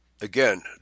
Again